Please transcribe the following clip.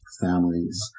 families